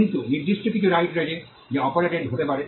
কিন্তু নির্দিষ্ট কিছু রাইট রয়েছে যা অপারেটেড হতে পারে